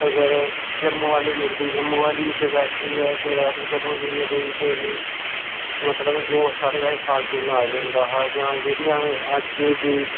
अगर जम्मू आह्ली मिलदी जम्मू आह्लियै च बैठियै फिर अस जम्मू जाइयै बेचदे हे मतलब जो साढ़ै कश फालतू नाज होंदा हा जां जि'यां अज्ज दी